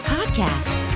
Podcast